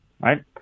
right